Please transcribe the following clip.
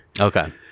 okay